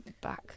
back